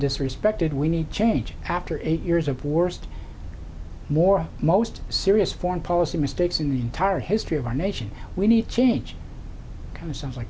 disrespected we need change after eight years of worst more most serious foreign policy mistakes in the entire history of our nation we need change kind of sounds like